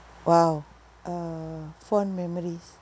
!wow! uh fond memories